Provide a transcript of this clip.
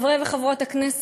חברי וחברות הכנסת,